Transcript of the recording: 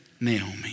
Naomi